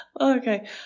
Okay